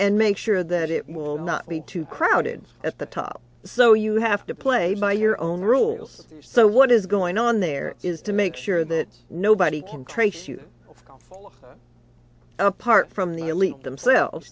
and make sure that it will not be too crowded at the top so you have to play by your own rules so what is going on there is to make sure that nobody can trace you apart from the elite themselves